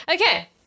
Okay